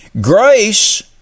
Grace